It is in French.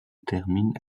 termine